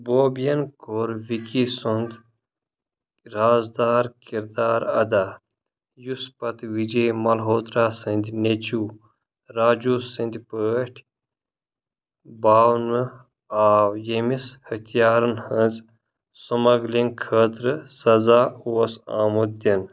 بوبیَن کوٚر وِکی سُنٛد رازدار کِردار اَدا یُس پَتہٕ وِجے مَلہوترا سٕنٛدۍ نیٚچوٗ راجو سٕنٛدۍ پٲٹھۍ باونہٕ آو ییٚمِس ہتھیارَن ہٕنٛز سُمَگلِنٛگ خٲطرٕ سزا اوس آمُت دِنہٕ